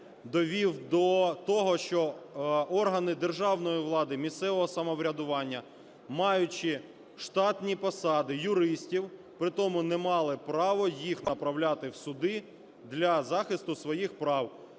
довів до того, що органи державної влади, місцевого самоврядування, маючи штатні посади юристів, при тому не мали право їх направляти в суди для захисту своїх прав.